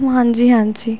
ਹਾਂਜੀ ਹਾਂਜੀ